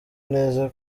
neza